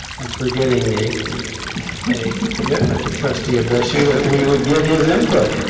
am forgetting a a commitment to trustee igbechi that we would get his input.